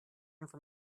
from